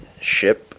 ship